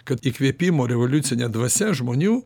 kad įkvėpimo revoliucine dvasia žmonių